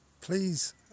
Please